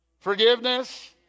Forgiveness